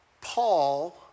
Paul